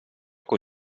con